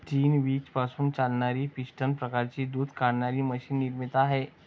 चीन वीज पासून चालणारी पिस्टन प्रकारची दूध काढणारी मशीन निर्माता आहे